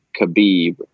khabib